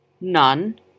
none